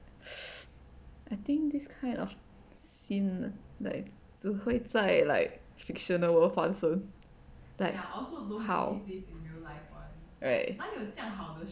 I think this kind of scene like 只会在 like fictional world 发生 like how right